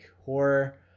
horror